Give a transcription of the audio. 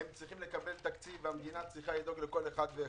הם צריכים לקבל תקציב והמדינה צריכה לדאוג לכל אחד ואחד.